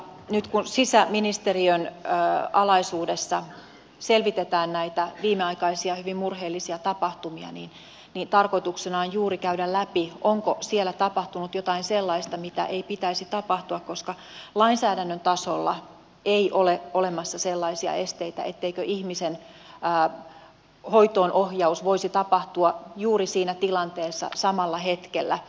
nyt kun sisäministeriön alaisuudessa selvitetään näitä viimeaikaisia hyvin murheellisia tapahtumia niin tarkoituksena on juuri käydä läpi onko siellä tapahtunut jotain sellaista mitä ei pitäisi tapahtua koska lainsäädännön tasolla ei ole olemassa sellaisia esteitä etteikö ihmisen hoitoonohjaus voisi tapahtua juuri siinä tilanteessa samalla hetkellä